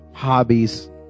hobbies